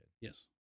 Yes